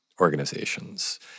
organizations